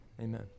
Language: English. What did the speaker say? Amen